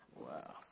Wow